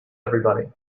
everybody